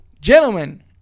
Gentlemen